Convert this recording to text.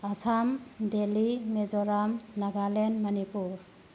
Assam Delhi Mizoram Nagaland Manipur